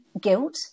guilt